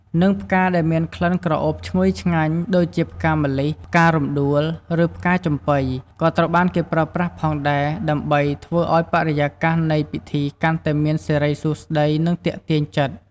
និងផ្កាដែលមានក្លិនក្រអូបឈ្ងុយឆ្ងាញ់ ដូចជាផ្កាម្លិះ ផ្ការំដួល ឬផ្កាចំប៉ី ក៏ត្រូវបានគេប្រើប្រាស់ផងដែរ ដើម្បីធ្វើឱ្យបរិយាកាសនៃពិធីកាន់តែមានសិរីសួស្តី និងទាក់ទាញចិត្ត។